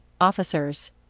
officers